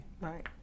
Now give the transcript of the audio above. right